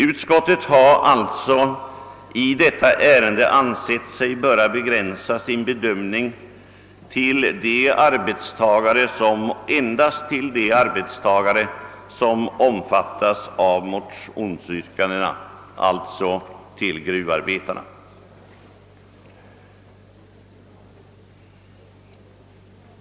Utskottet har alltså i detta ärende ansett sig böra begränsa sin bedömning till endast arbetstagare som omfattas av motionsyrkandena, alltså till gruvarbetarna.